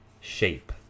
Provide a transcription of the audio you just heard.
shape